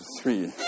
three